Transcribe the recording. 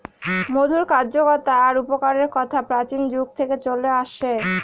মধুর কার্যকতা আর উপকারের কথা প্রাচীন যুগ থেকে চলে আসছে